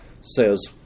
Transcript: says